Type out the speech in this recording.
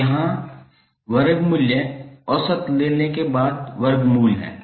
तो यहाँ वर्ग मूल्य औसत लेने के बाद वर्गमूल है